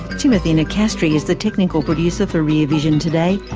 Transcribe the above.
timothy nicastri is the technical producer for rear vision today.